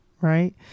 Right